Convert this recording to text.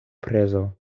prezo